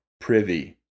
privy